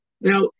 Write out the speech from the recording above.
now